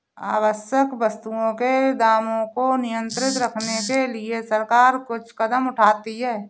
आवश्यक वस्तुओं के दामों को नियंत्रित रखने के लिए सरकार कुछ कदम उठाती है